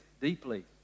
deeply